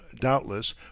doubtless